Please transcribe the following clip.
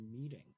meeting